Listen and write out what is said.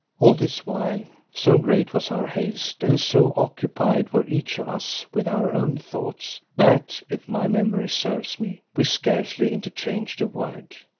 all this while, so great was our haste and so occupied were each of us with our own thoughts that, if my memory serves me, we scarcely interchanged a word.